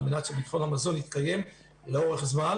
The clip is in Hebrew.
על מנת שביטחון המזון יתקיים לאורך זמן.